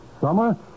Summer